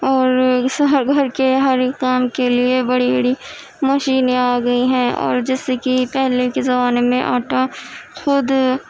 اور ہر گھر کے ہر کام کے لیے بڑی بڑی مشینیں آگئی ہیں اور جیسے کہ پہلے کے زمانے میں آٹا خود